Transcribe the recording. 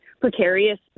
precarious